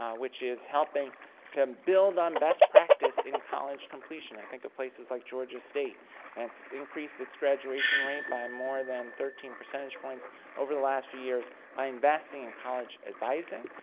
um which is helping to build on best practice in college completion. i think of places like georgia state that's increased its graduation rate by more than thirteen percentage points over the last few years by investing in college advising,